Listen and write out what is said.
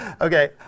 Okay